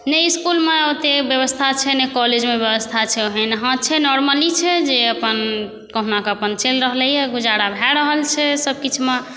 नहि इसकुलमे ओतेक बेबस्था छै नहि कॉलेजमे बेबस्था छै ओहन हँ छै नॉरमली छै जे अपन कहुना कऽ अपन चलि रहलैए गुजारा भऽ रहल छै सबकिछुमे